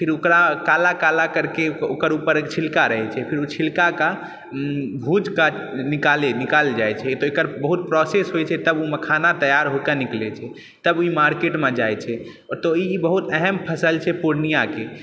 फिर ओकरा काला काला करके ओकर ऊपर एक छिलका रहै छै फेर उ छिलकाके भूजिकऽ निकालल जाइ छै तऽ एकर बहुत प्रोसेस होइ छै तब उ मखाना तैयार होके निकलै छै तब ई मार्केटमे जाइ छै तऽ ई बहुत अहम फसल छै पूर्णियाके